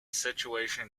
situation